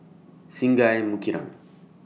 Singai Mukilan